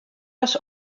ris